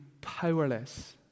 powerless